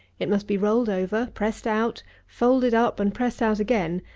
it must be rolled over pressed out folded up and pressed out again,